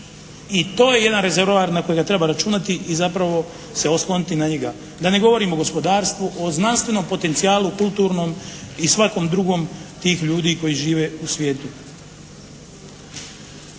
i to je jedan rezervoar na kojega treba računati i zapravo se osloniti na njega, da ne govorim o gospodarstvu, o znanstvenom potencijalu, kulturnom i svakom drugom tih ljudi koji žive u svijetu.